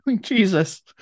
jesus